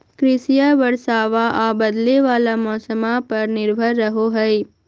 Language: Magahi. कृषिया बरसाबा आ बदले वाला मौसम्मा पर निर्भर रहो हई